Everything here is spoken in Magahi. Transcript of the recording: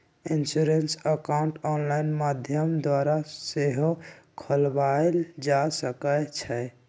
इंश्योरेंस अकाउंट ऑनलाइन माध्यम द्वारा सेहो खोलबायल जा सकइ छइ